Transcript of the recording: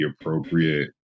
appropriate